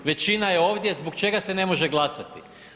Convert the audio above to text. Većina je ovdje, zbog čega se ne može glasati?